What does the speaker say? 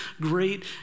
great